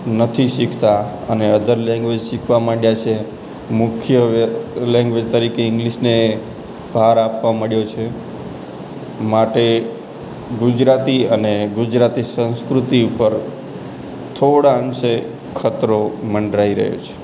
નથી શીખતા અને અધર લૅંગ્વેજ શીખવા માંડ્યા છે મુખ્ય વે લૅન્ગવેજ તરીકે ઇંગ્લિશને ભાર આપવા માંડ્યો છે માટે ગુજરાતી અને ગુજરાતી સંસ્કૃતિ ઉપર થોડા અંશે ખતરો મંડરાઇ રહ્યો છે